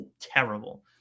terrible